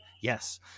Yes